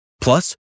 Plus